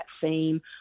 theme